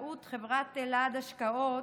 באמצעות חברת אלעד השקעות,